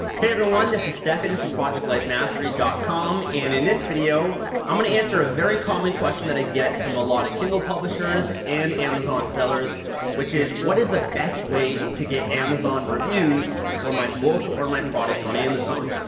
hi everyone this is stefan and from projectlifemastery com. in in this video i'm going to answer a very common question that i get from a lot of kindle publishers and amazon sellers which is, what is the best way to get amazon reviews for my book or my product on amazon?